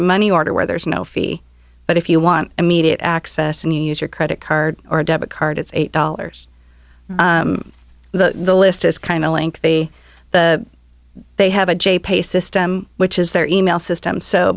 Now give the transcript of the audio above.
a money order where there is no fee but if you want immediate access and you use your credit card or debit card it's eight dollars the list is kind of link they they have a j pay system which is their e mail system so